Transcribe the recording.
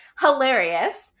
hilarious